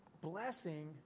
blessing